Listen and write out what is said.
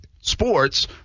sports